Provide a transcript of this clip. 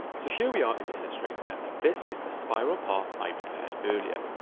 so here we are in illustrator, and this is the spiral path i prepared earlier.